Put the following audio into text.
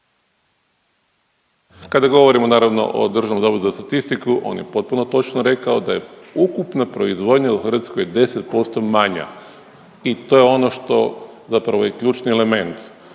Kada govorimo naravno o DZS-u on je potpuno točno rekao da je ukupna proizvodnja u Hrvatskoj 10% manja i to je ono što zapravo je ključni element.